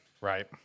Right